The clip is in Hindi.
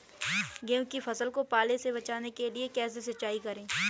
गेहूँ की फसल को पाले से बचाने के लिए कैसे सिंचाई करें?